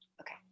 okay